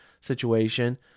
situation